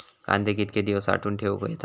कांदे कितके दिवस साठऊन ठेवक येतत?